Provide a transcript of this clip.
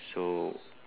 so